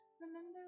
Remember